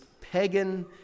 pagan